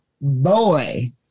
boy